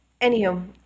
Anywho